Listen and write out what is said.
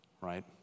right